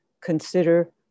consider